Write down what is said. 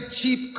cheap